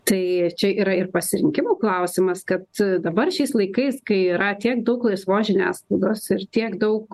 tai čia yra ir pasirinkimų klausimas kad dabar šiais laikais kai yra tiek daug laisvos žiniasklaidos ir tiek daug